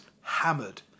hammered